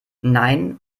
nein